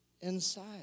inside